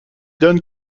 donne